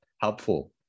helpful